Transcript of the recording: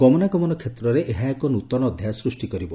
ଗମନାଗମନ କ୍ଷେତ୍ରରେ ଏହା ଏକ ନୃତନ ଅଧ୍ୟାୟ ସ୍ଥି କରିବ